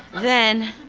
then,